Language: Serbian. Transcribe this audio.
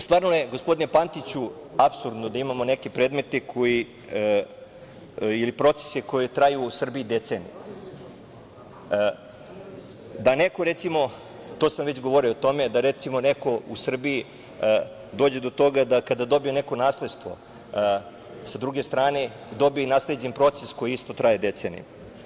Stvarno je, gospodine Pantiću, apsurdno da imamo neke predmete koji ili procese koji traju u Srbiji decenijama, da neko, recimo, već sam govorio o tome, dođe do toga da kada dobije neko nasledstvo sa druge strane dobije i nasleđen proces koji isto traje deceniju.